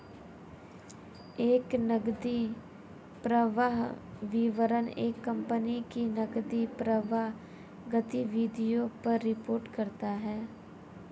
एक नकदी प्रवाह विवरण एक कंपनी की नकदी प्रवाह गतिविधियों पर रिपोर्ट करता हैं